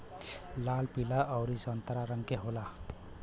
लाल पीला अउरी संतरा रंग के होला